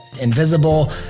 Invisible